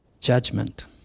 judgment